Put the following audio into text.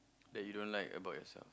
that you don't like about yourself